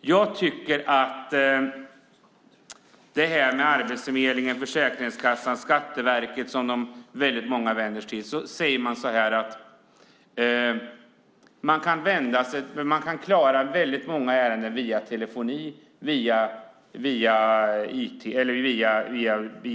När det gäller Arbetsförmedlingen, Försäkringskassan och Skatteverket, som väldigt många vänder sig till, säger man att många ärenden kan klaras av via telefon